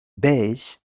beige